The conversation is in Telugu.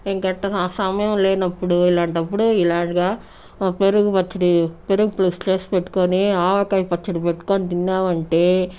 ఇంకా ఎట్లా సమయం లేనప్పుడు ఇలాంటప్పుడు ఇలాగ పెరుగు పచ్చడి పెరుగు పులుసు చేసిపెట్టుకొని ఆవకాయ పచ్చడి పెట్టుకుని తిన్నామంటే